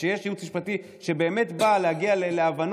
כשיש ייעוץ משפטי שבאמת בא להגיע להבנות,